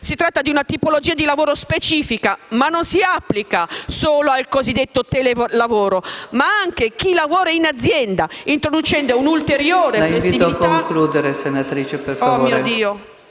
Si tratta di una tipologia di lavoro specifica, che non si applica solo al cosiddetto telelavoro, ma anche a chi lavora in azienda, introducendo un'ulteriore flessibilità